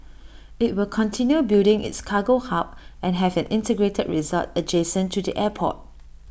IT will continue building its cargo hub and have an integrated resort adjacent to the airport